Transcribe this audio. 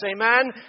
Amen